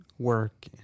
work